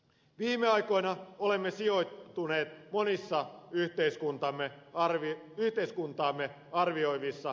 viime aikoina olemme sijoittuneet monissa yhteiskuntaamme arvioivissa mittauksissa hyvin